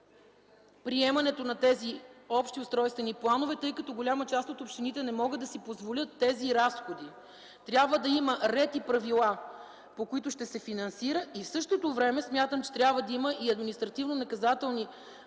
приемането на общите устройствени планове, тъй като голяма част от общините не могат да си позволят разходите. Необходими са ред и правила, по които ще се финансират. В същото време смятам, че трябва да има и административно-наказателни